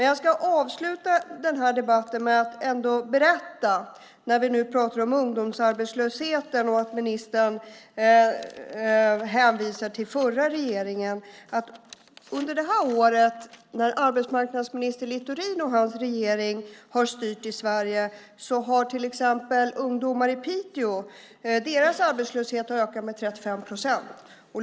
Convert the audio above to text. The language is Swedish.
Jag ska avsluta den här debatten med att berätta, när vi nu pratar om ungdomsarbetslösheten och ministern hänvisar till förra regeringen, att under det här året när arbetsmarknadsminister Littorin och hans regering har styrt i Sverige har till exempel arbetslösheten bland ungdomar i Piteå ökat med 35 procent.